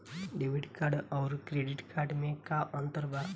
Debit card आउर credit card मे का अंतर बा?